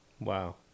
Wow